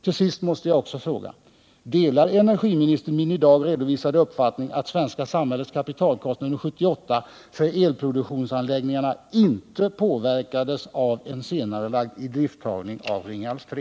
Till sist måste jag också fråga: Delar energiministern min i dag redovisade uppfattning, att svenska samhällets kapitalkostnader under 1978 för elproduktionsanläggningarna inte påverkades av en senarelagd idrifttagning av Ringhals 3?